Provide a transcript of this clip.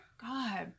God